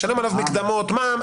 משלם עליו מקדמות מע"מ,